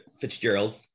Fitzgerald